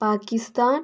Pakistan